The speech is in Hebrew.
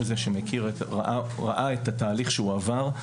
הוא ראה את התהליך שהוא עבר.